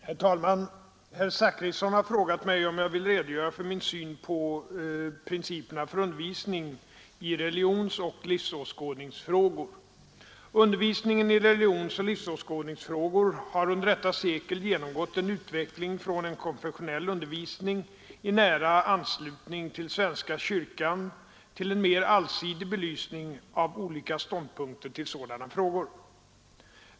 Herr talman! Herr Zachrisson har frågat mig om jag vill redogöra för min syn på principerna för undervisningen i religionsoch livsåskådningsfrågor. Undervisningen i religionsoch livsåskådningsfrågor har under detta sekel genomgått en utveckling från en konfessionell undervisning i nära anslutning till svenska kyrkan till en mera allsidig belysning av olika ståndpunkter till sådana frågor.